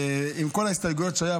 עם כל ההסתייגויות שהיו,